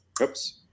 Oops